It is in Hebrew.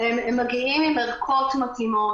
הם מגיעים עם ערכות מתאימות,